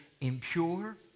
impure